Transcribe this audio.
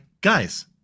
guys